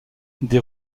des